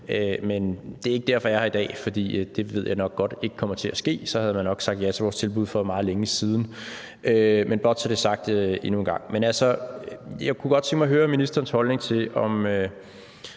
Men det er ikke derfor, jeg er her i dag, for det ved jeg nok godt ikke kommer til at ske. Så havde man nok sagt ja til vores tilbud for meget længe siden – men blot for at lade det være sagt endnu en gang. Men altså, jeg kunne godt tænke mig at høre ministerens holdning til, om